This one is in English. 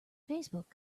facebook